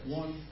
one